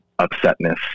upsetness